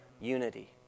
unity